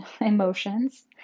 emotions